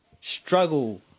struggle